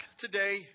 today